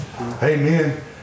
Amen